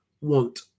want